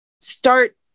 start